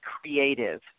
creative